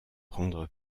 prendre